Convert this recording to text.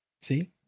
See